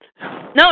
No